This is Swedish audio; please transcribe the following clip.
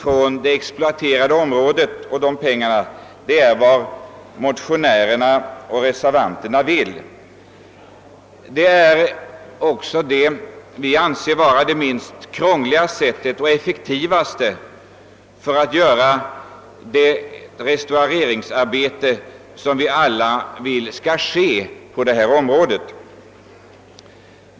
Det sättet anser vi vara det minst krångliga och mest effektiva för att få till stånd det restaureringsarbete som vi alla önskar på detta område.